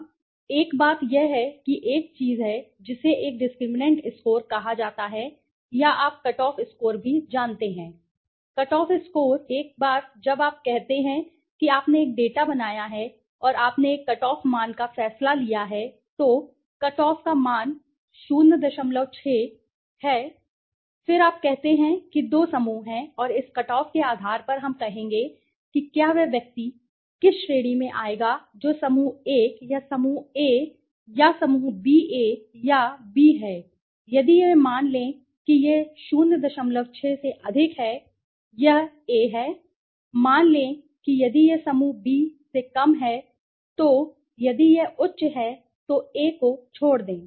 अब एक बात यह है कि एक चीज़ है जिसे एक डिस्क्रिमिनैंट स्कोर कहा जाता है या आप कट ऑफ स्कोर भी जानते हैं सही कट ऑफ स्कोर अब एक बार जब आप कहते हैं कि आपने एक डेटा बनाया है और आपने एक कट ऑफ मान का फैसला किया है तो कहने दें कि कट ऑफ का मान दें 06 का कहना है कि अब कट ऑफ का मान 06 है फिर आप कहते हैं कि दो समूह हैं और इस कट ऑफके आधार पर हम कहेंगे कि क्या वह व्यक्ति या व्यक्ति किस श्रेणी में आएगा जो समूह 1 या समूहA या समूह BAया B है यदि यह मान लें कि यह 06 से अधिक है यह A है मान लें कि यदि यह समूह B से कम है तो यदि यह उच्च है तो A को छोड़ दें